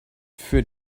für